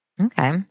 Okay